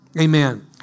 Amen